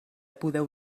podeu